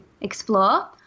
explore